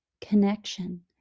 connection